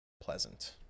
pleasant